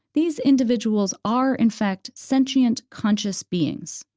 these individuals are in fact sentient, conscious beings.